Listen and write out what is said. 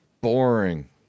boring